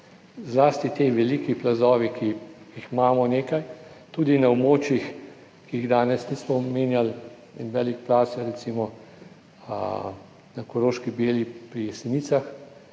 zlasti ti veliki plazovi, ki jih imamo nekaj, tudi na območjih, ki jih danes nismo omenjali. En velik plaz je recimo na Koroški beli pri Jesenicah.